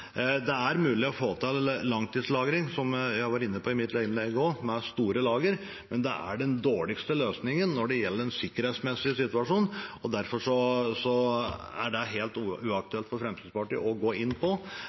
Det er mulig å få til langtidslagring, som jeg var inne på i mitt innlegg, med store lager, men det er den dårligste løsningen når det gjelder den sikkerhetsmessige situasjonen. Derfor er det helt uaktuelt for Fremskrittspartiet å gå inn på.